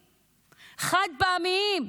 חד-פעמיים,